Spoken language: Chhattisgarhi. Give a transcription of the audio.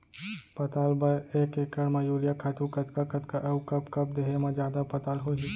पताल बर एक एकड़ म यूरिया खातू कतका कतका अऊ कब कब देहे म जादा पताल होही?